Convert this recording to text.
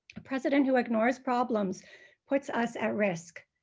a president who ignores problems puts us at risk.